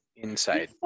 inside